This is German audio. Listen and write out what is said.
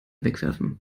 wegwerfen